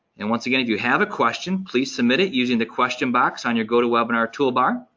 and once again, if you have a question, please submit it using the question box on your go to webinar toolbar.